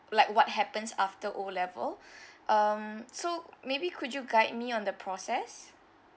like what happens after O level um so maybe could you guide me on the process